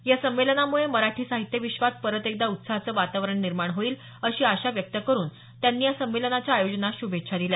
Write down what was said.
या संमेलनामुळे मराठी साहित्य विश्वात परत एकदा उत्साहाचं वातावरण निर्माण होईल अशी आशा व्यक्त करून त्यांनी या संमेलनाच्या आयोजनास शुभेच्छा दिल्या